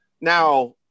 Now